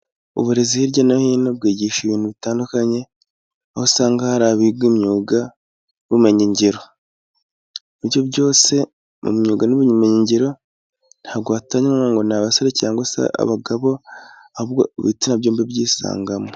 Uburezi hirya no hino bwigisha ibintu bitandukanye, aho usanga hari abiga imyuga y'ubumenyi ngiro. Muri ibyo byose mu myuga n'ubumenyingiro nta bwo watanywa ngo ni abasore cyangwa se abagabo, ibitsina byombi byisangamo.